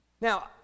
Now